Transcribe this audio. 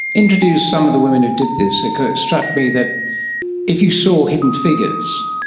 introduce some of the women who did this, because it struck me that if you saw hidden figures,